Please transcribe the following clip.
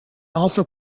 also